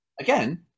again